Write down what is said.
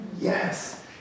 Yes